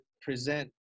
present